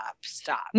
Stop